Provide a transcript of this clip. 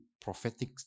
prophetic